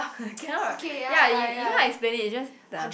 cannot ya you you cannot explain it you just the